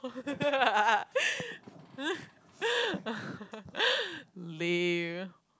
lame